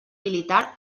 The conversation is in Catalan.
militar